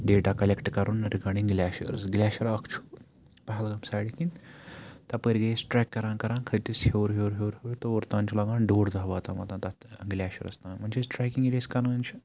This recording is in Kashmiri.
ڈیٹا کَلٮ۪کٹ کَرُن رِگاڈِنٛگ گٕلیشیرٕز گٕلیشِیَر اَکھ چھُ پہلگام سایڈٕ کِنۍ تِپٲرۍ گٔے أسۍ ٹرٛٮ۪ک کَران کَران کھٔتۍ أسۍ ہیوٚر ہیوٚر ہیوٚر ہیوٚر تور تانۍ چھُ لَگان ڈۄڑ دۄہ واتان واتان تَتھ گٕلیشیَرَس تام وۄنۍ چھِ أسۍ ٹرٛیکِنٛگ ییٚلہِ اَسہِ کَران چھِ